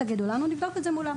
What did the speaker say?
תגידו לנו ונבדוק זאת מולם.